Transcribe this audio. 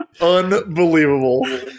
unbelievable